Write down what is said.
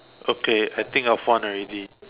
okay I think have one already